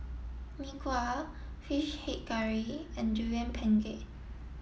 Mee Kuah fish head curry and durian pengat